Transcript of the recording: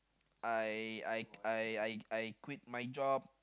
I I I I I quit my job